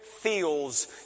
feels